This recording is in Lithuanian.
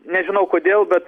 nežinau kodėl bet